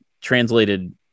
translated